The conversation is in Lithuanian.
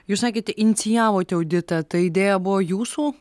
jūs sakėte inicijavote auditą ta idėja buvo jūsų